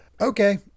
Okay